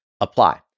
apply